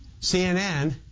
CNN